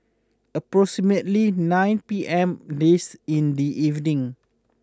approximately nine P M this in the evening